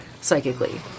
Psychically